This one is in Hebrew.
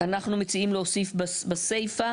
אנחנו מציעים להוסיף בסיפא,